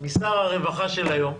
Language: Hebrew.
משר הרווחה של היום,